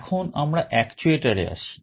এখন আমরা actuator এ আসি